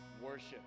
worship